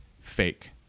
fake